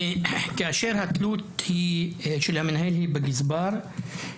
כאשר התלות של המנהל היא בגזברות,